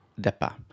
depa